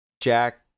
jack